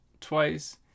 twice